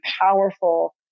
powerful